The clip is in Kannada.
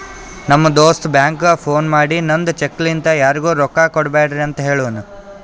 ನಮ್ ದೋಸ್ತ ಬ್ಯಾಂಕ್ಗ ಫೋನ್ ಮಾಡಿ ನಂದ್ ಚೆಕ್ ಲಿಂತಾ ಯಾರಿಗೂ ರೊಕ್ಕಾ ಕೊಡ್ಬ್ಯಾಡ್ರಿ ಅಂತ್ ಹೆಳುನೂ